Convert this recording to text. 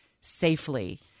safely